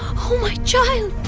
oh my child!